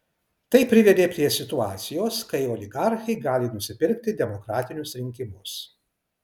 tai privedė prie situacijos kai oligarchai gali nusipirkti demokratinius rinkimus